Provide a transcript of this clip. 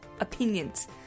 opinions